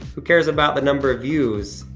who cares about the number of views,